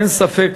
אין ספק